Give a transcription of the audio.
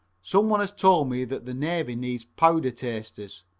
some one has told me that the navy needs powder tasters,